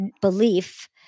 belief